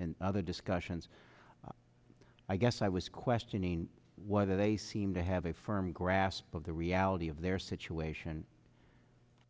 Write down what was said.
and other discussions i guess i was questioning whether they seem to have a firm grasp of the reality of their situation